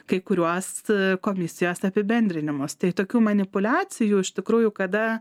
kai kuriuos komisijos apibendrinimus tai tokių manipuliacijų iš tikrųjų kada